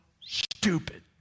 stupid